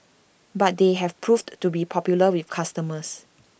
but they have proved to be popular with customers